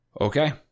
Okay